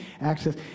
access